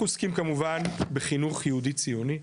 אנחנו עוסקים כמובן בחינוך יהודי ציוני,